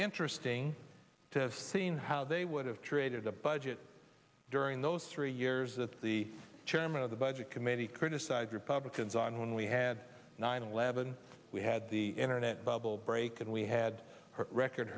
interesting to have seen how they would have created a budget during those three years that the chairman of the budget committee criticized republicans on when we had nine eleven we had the internet bubble break and we had record